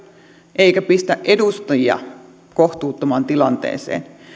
eikä pistä edustajia kohtuuttomaan tilanteeseen